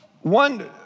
One